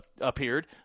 appeared